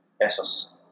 pesos